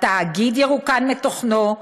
התאגיד ירוקן מתוכנו,